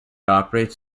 operates